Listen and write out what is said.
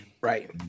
right